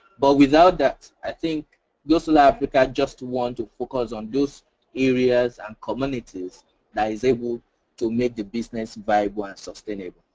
but without that i think gosolar africa just want to focus on those areas and communities that is able to make the business viable and sustainable.